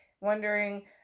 wondering